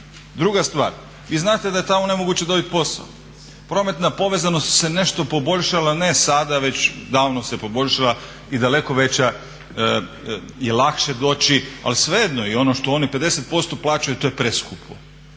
Druga stvar, vi znate da je tamo nemoguće dobiti posao. Prometna povezanost se nešto poboljšala ne sada već davno se poboljša i daleko je lakše doći, ali svejedno i ono što oni 50% plaćaju to je preskupo.